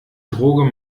droge